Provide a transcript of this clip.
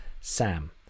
Sam